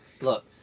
look